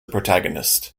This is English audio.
protagonist